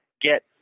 get